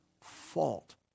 fault